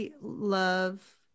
Love